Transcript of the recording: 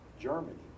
Germany